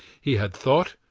he had thought,